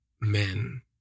men